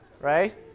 Right